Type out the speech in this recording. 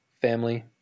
family